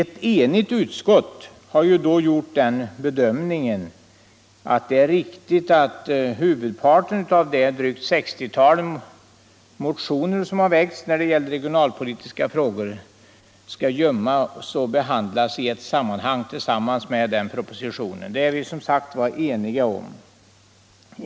Ett enigt utskott har då gjort den bedömningen att det är riktigt att huvudparten av de drygt 60 motioner som väckts om regionalpolitiska frågor skall gömmas och behandlas tillsammans med den propositionen. Detta är vi som sagt eniga om.